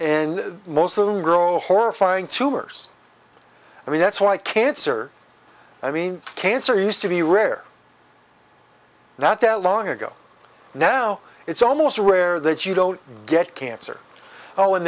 and most of them grow horrifying tumors and that's why cancer i mean cancer used to be rare not that long ago now it's almost rare that you don't get cancer oh and